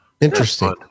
Interesting